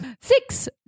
Six